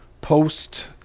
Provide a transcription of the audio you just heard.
post-